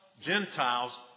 Gentiles